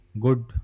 good